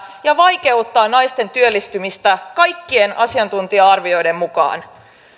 ja vaikeuttavat naisten työllistymistä kaikkien asiantuntija arvioiden mukaan